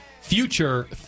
future